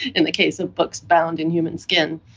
in the case of books bound in human skin.